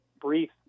brief